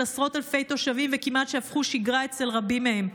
עשרות אלפי תושבים וכמעט שהפכו שגרה אצל רבים מהם.